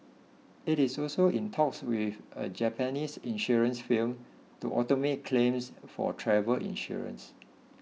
it is also in talks with a Japanese insurance firm to automate claims for travel insurance